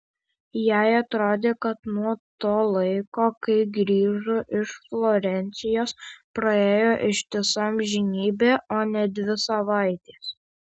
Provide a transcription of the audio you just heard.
jai atrodė kad nuo to laiko kai grįžo iš florencijos praėjo ištisa amžinybė o ne dvi savaitės